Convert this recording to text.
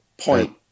point